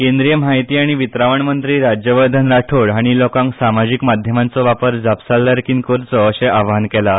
केंद्रीय माहिती आनी वितरावण मंत्री राज्यवर्धन राठोड हांणी लोकांक समाजीक माध्यमांचो वापर करचो अशें आवाहन केलां